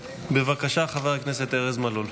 בבקשה, חבר הכנסת ארז מלול.